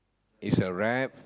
is a rap